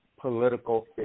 political